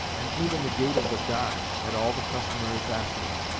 and even the gate of the dock had all the customary fastenings.